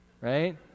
right